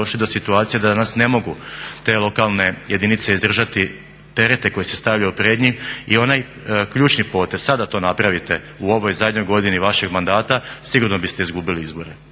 ratu došli do situacije danas ne mogu te lokalne jedinice izdržati terete koje se stavljaju pred njih. I onaj ključni potez, sada to napravite u ovoj zadnjoj godini vašeg mandata sigurno biste izgubili izbore.